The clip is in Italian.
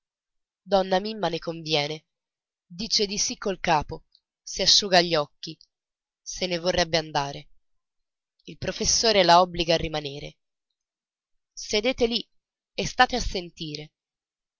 donna mimma ne conviene dice di sì col capo si asciuga gli occhi se ne vorrebbe andare il professore la obbliga a rimanere sedete lì e state a sentire